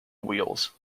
wheels